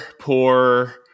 poor